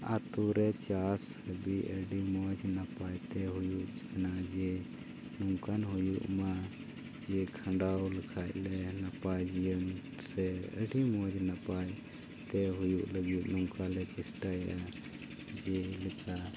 ᱟᱛᱳ ᱨᱮ ᱪᱟᱥ ᱞᱟᱹᱜᱤᱫ ᱟᱹᱰᱤ ᱢᱚᱡᱽ ᱱᱟᱯᱟᱭᱛᱮ ᱦᱩᱭᱩᱜ ᱠᱟᱱᱟ ᱡᱮ ᱱᱚᱝᱠᱟᱱ ᱦᱩᱭᱩᱜ ᱢᱟ ᱡᱮ ᱠᱷᱟᱰᱟᱣ ᱞᱮᱠᱟᱡ ᱞᱮ ᱱᱟᱯᱟᱭ ᱡᱤᱭᱚᱱ ᱥᱮ ᱟᱹᱰᱤ ᱢᱚᱡᱽ ᱱᱟᱯᱟᱭ ᱦᱩᱭᱩᱜ ᱞᱟᱹᱜᱤᱫ ᱱᱚᱝᱠᱟ ᱞᱮ ᱪᱮᱥᱴᱟᱭᱟ ᱡᱮᱞᱮᱠᱟ